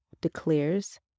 declares